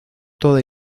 toda